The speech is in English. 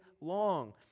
long